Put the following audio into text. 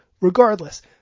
Regardless